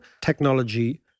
technology